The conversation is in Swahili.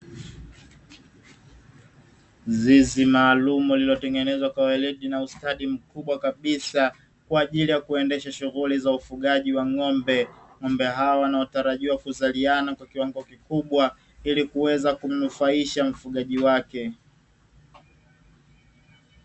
Zizi maalumu lililotengenezwa kwa weredi na ustadi mkubwa kabisa kwa ajili ya kuendesha shughuli za ufugaji wa ng'ombe. Ng'ombe hao wanaotarajiwa kuzaliana kwa kiwango kikubwa ili kuweza kumnufaisha mfugaji wake.